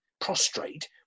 prostrate